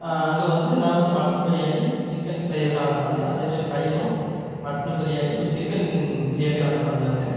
அங்கே வந்து நான் வந்து மட்டன் பிரியாணி சிக்கன் ஃப்ரை இதெலாம் ஆர்ட்ரு பண்ண அதேமாதிரி என் பையனும் மட்டன் பிரியாணி சிக்கன் பிரியாணியும் ஆர்ட்ரு பண்ணாங்க